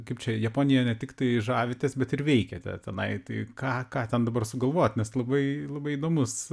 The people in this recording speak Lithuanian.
kaip čia japonija ne tiktai žavitės bet ir veikiate tenai tai ką ką ten dabar sugalvojot nes labai labai įdomus